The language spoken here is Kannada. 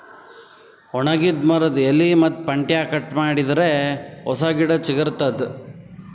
ಒಣಗಿದ್ ಮರದ್ದ್ ಎಲಿ ಮತ್ತ್ ಪಂಟ್ಟ್ಯಾ ಕಟ್ ಮಾಡಿದರೆ ಹೊಸ ಗಿಡ ಚಿಗರತದ್